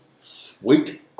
sweet